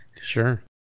Sure